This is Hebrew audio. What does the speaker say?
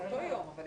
זה לא הוכנס